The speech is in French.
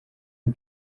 une